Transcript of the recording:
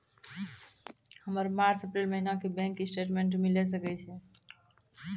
हमर मार्च अप्रैल महीना के बैंक स्टेटमेंट मिले सकय छै?